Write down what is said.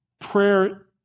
Prayer